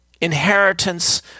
inheritance